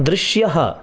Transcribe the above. दृश्यः